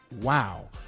wow